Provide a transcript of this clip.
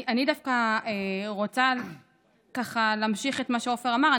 אני דווקא רוצה להמשיך את מה שעופר אמר.